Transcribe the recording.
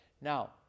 Now